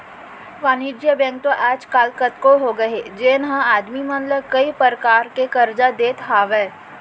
वाणिज्य बेंक तो आज काल कतको होगे हे जेन ह आदमी मन ला कई परकार के करजा देत हावय